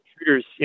intruders